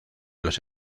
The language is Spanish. los